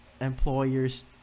employers